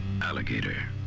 Alligator